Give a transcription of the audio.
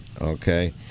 okay